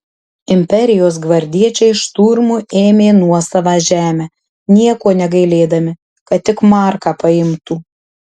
imperijos gvardiečiai šturmu ėmė nuosavą žemę nieko negailėdami kad tik marką paimtų